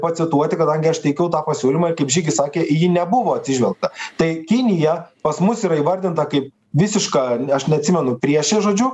pacituoti kadangi aš teikiau tą pasiūlymą ir kaip žygis sakė į jį nebuvo atsižvelgta tai kinija pas mus yra įvardinta kaip visiška aš neatsimenu priešė žodžiu